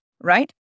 right